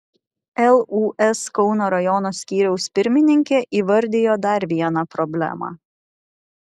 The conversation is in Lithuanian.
lūs kauno rajono skyriaus pirmininkė įvardijo dar vieną problemą